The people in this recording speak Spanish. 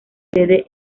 sede